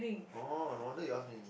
oh no wonder you ask me